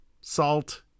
salt